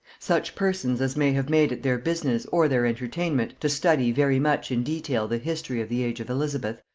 such persons as may have made it their business or their entertainment to study very much in detail the history of the age of elizabeth,